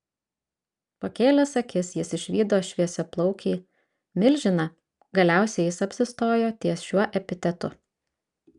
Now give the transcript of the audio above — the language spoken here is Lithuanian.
pakėlęs akis jis išvydo šviesiaplaukį milžiną galiausiai jis apsistojo ties šiuo epitetu